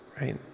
right